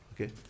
Okay